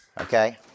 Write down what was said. Okay